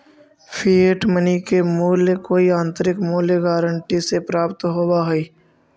fiat money के मूल्य कोई आंतरिक मूल्य गारंटी से प्राप्त न होवऽ हई